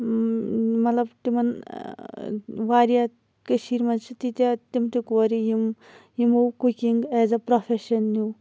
مَطلَب تِمَن واریاہ کٔشیٖر مَنٛزچھِ تِیٖتیاہ تِم تہِ کورِ یِم یِمو cooking as a profession new